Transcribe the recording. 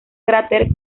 cráter